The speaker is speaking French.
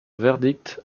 verdict